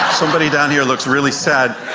somebody down here looks really sad.